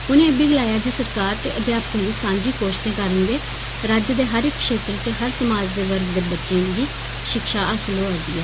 उने इब्बी गलाया जे सरकार ते अध्यापकें दियें सांझी कोश्तें कारण गै राज्य दे हर इक क्षेत्र च समाज दे हर वर्ग दे बच्चें गी शिक्षा हासल होआ दी ऐ